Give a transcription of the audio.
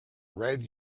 red